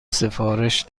سفارش